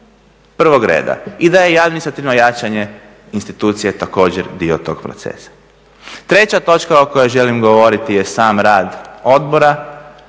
prvog reda i da je administrativno jačanje institucije također dio tog procesa. Treća točka o kojoj želim govoriti je sam rad odbora,